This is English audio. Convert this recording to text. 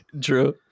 True